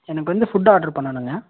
எனக்கு வந்து food order பண்ணணுங்க